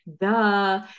Duh